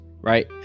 right